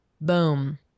boom